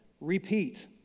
repeat